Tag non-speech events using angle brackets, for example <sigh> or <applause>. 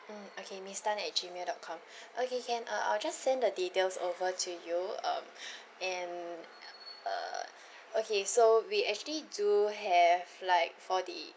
mm okay miss tan at G mail dot com <breath> okay can uh I'll just send the details over to you um <breath> and <noise> uh okay so we actually do have like for the